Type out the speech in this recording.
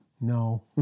no